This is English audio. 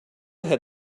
had